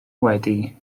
wedi